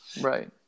right